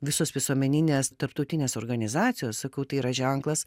visos visuomeninės tarptautinės organizacijos sakau tai yra ženklas